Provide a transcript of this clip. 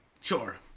Sure